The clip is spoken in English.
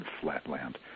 flatland